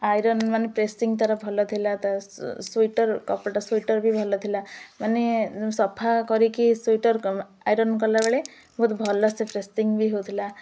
iron ମାନେ pressing ତା'ର ଭଲ ଥିଲା ତ ସ୍ଵିଟର୍ କପଡ଼ଟା ସ୍ଵିଟର୍ ବି ଭଲ ଥିଲା ମାନେ ସଫା କରିକି ସ୍ଵିଟର୍ ଆଇରନ୍ କଲା ବେଳେ ବହୁତ ଭଲ ସେ ପ୍ରେସିଙ୍ଗ ବି ହେଉଥିଲା